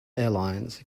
airlines